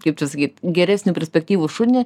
kaip čia sakyt geresnį perspektyvų šunį